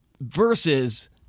versus